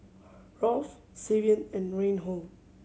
Rolf Savion and Reinhold